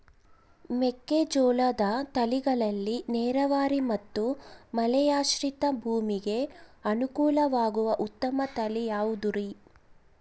ಮೆಕ್ಕೆಜೋಳದ ತಳಿಗಳಲ್ಲಿ ನೇರಾವರಿ ಮತ್ತು ಮಳೆಯಾಶ್ರಿತ ಭೂಮಿಗೆ ಅನುಕೂಲವಾಗುವ ಉತ್ತಮ ತಳಿ ಯಾವುದುರಿ?